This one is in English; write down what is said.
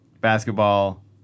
basketball